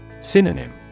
Synonym